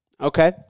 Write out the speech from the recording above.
Okay